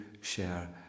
share